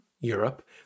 Europe